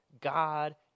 God